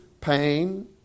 pain